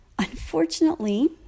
Unfortunately